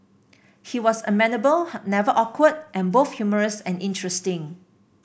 he was amenable never awkward and both humorous and interesting